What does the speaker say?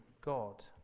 God